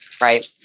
right